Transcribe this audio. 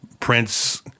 Prince